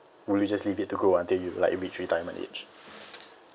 will you just leave it to grow until you like reach retirement age